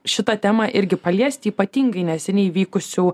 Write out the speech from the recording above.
šitą temą irgi paliesti ypatingai neseniai vykusių